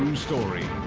um story,